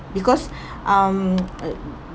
because um uh